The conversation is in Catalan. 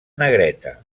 negreta